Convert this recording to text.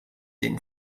den